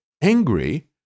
angry